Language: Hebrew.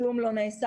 אך כלום לא נעשה,